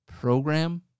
program